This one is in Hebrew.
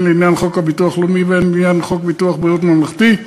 הן לעניין חוק הביטוח הלאומי והן לעניין חוק ביטוח בריאות ממלכתי,